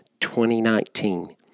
2019